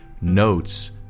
notes